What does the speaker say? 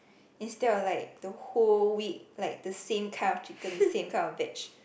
instead of like the whole week like the same kind of chicken the same kind of veg